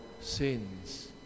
sins